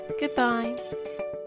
Goodbye